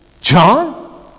John